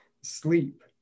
sleep